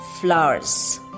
flowers